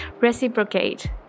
reciprocate